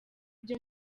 byo